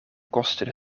kosten